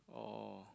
oh